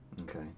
Okay